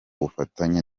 bufatanye